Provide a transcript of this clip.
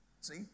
See